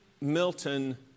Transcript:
Milton